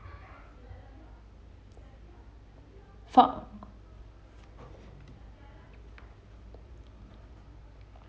for